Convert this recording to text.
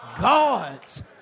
God's